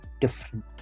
different